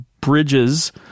bridges